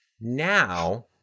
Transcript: Now